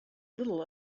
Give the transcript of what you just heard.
little